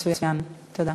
מצוין, תודה.